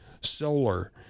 solar